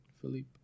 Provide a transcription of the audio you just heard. Philippe